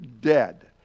dead